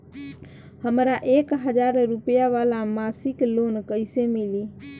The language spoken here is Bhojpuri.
हमरा एक हज़ार रुपया वाला मासिक लोन कईसे मिली?